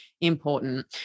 important